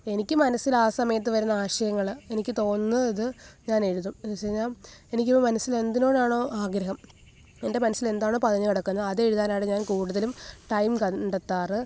എനിക്ക് മനസ്സിലാ സമയത്തു വരുന്ന ആശയങ്ങൾ എനിക്കു തോന്നുന്നത് ഞാനെഴുതും എന്നുവെച്ചു കഴിഞ്ഞാൽ എനിക്കിപ്പം മനസ്സിലെന്തിനോടാണോ ആഗ്രഹം എന്റെ മനസ്സിലെന്താണോ പതിഞ്ഞു കിടക്കുന്നത് അതെഴുതാനാണ് ഞാന് കൂടുതലും ടൈം കണ്ടെത്താറ്